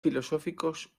filosóficos